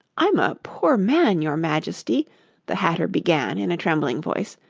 i'm a poor man, your majesty the hatter began, in a trembling voice,